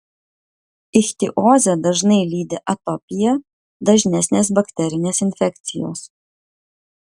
ichtiozę dažnai lydi atopija dažnesnės bakterinės infekcijos